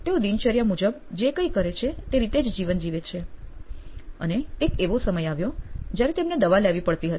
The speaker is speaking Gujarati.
તેઓ દિનચર્યા મુજબ જે કઈ કરે છે તે રીતે જ જીવન જીવે છે અને એક એવો સમય આવ્યો જયારે તેમને દવા લેવી પડતી હતી